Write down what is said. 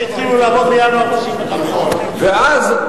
ואז,